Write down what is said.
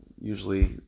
usually